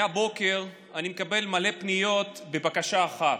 מהבוקר אני מקבל המון פניות בבקשה אחת: